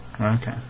Okay